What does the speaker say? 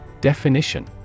Definition